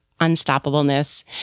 unstoppableness